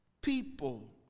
People